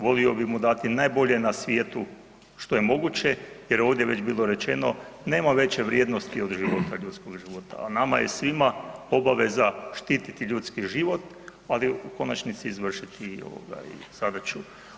Volio bi mu dati najbolje na svijetu što je moguće jer ovdje je već bilo rečeno nema veće vrijednosti od života, ljudskog života, a nama je svima obaveza štititi ljudski život ali u konačnici i izvršiti zadaću.